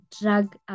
drug